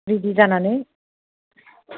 ready जानानै